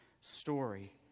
story